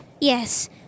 Yes